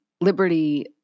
Liberty